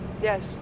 Yes